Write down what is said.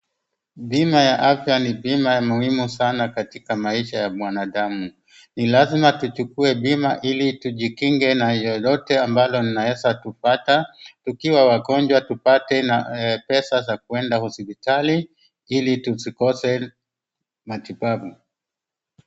Bima ya afya ni bima ya muhimu sana katika maisha ya mwanadamu. Ni lazima tuchukue bima ili tujikinge na lolote ambalo linaweza kupata, tukiwa wagonjwa tupate na pesa za kwenda hospitali ili tusikose matibabu.